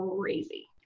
crazy